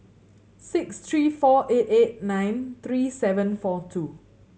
six three four eight eight nine three seven four two